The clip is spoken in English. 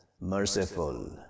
merciful